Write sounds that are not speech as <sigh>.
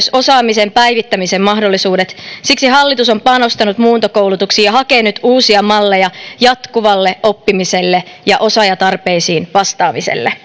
osaamisen päivittämisen mahdollisuudet siksi hallitus on panostanut muuntokoulutuksiin ja hakee nyt uusia malleja jatkuvalle oppimiselle ja osaajatarpeisiin vastaamiselle <unintelligible>